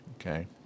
Okay